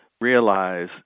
realize